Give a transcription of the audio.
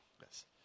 Yes